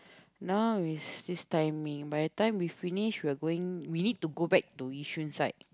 now is this timing by the time we finish we are going we need to back to Yishun side